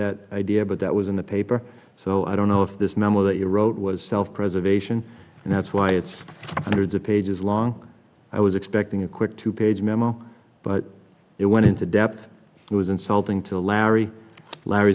that idea but that was in the paper so i don't know if this memo that you wrote was self preservation and that's why it's hundreds of pages long i was expecting a quick two page memo but it went into depth it was insulting to larry